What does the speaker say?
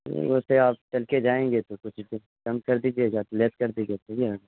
ویسے آپ کر کے جائیں گے تو کچھ نہ کچھ کم کر دیجیے گا سلیکٹ کر دیجیے